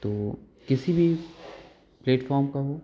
तो किसी भी प्लेटफ़ॉम का हो